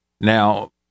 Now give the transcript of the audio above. now